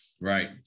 right